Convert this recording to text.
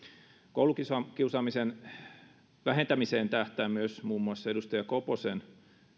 koulukiusaamisen vähentämiseen tähtää myös muun muassa edustaja koposen